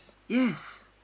yes